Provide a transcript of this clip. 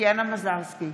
טטיאנה מזרסקי,